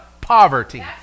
poverty